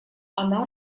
она